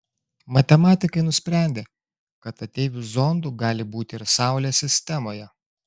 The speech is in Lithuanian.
matematikai nusprendė kad ateivių zondų gali būti ir saulės sistemoje